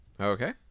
Okay